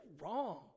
wrong